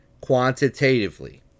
quantitatively